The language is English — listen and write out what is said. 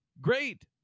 Great